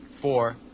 Four